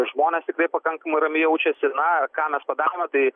žmonės tikrai pakankamai ramiai jaučiasi na ką mes padarome tai